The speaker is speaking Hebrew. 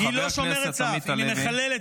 לא עמדות אידיאולוגיות,